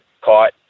caught